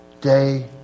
day